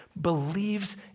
believes